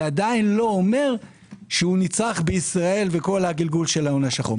זה עדיין לא אומר שהוא נצרך בישראל וכל הגלגול של ההון השחור.